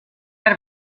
out